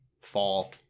fall